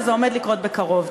וזה עומד לקרות בקרוב.